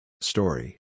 Story